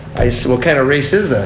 a so kind of race is this.